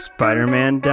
Spider-Man